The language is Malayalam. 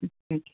ആ താങ്ക് യൂ